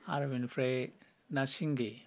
आरो बिनिफ्राय ना सिंगि